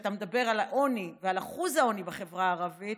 כשאתה מדבר על העוני ועל אחוז העוני בחברה הערבית,